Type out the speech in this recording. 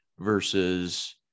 versus